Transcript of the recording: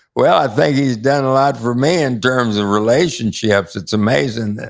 well, i think he's done a lot for me in terms of relationships. it's amazing,